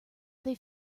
they